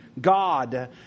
God